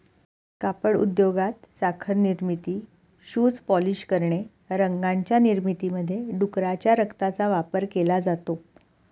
कापड उद्योगात, साखर निर्मिती, शूज पॉलिश करणे, रंगांच्या निर्मितीमध्ये डुकराच्या रक्ताचा वापर केला जातो